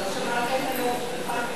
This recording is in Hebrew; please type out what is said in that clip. לא שמעת את הנאום של חמד.